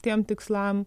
tiem tikslam